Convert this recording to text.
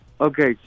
okay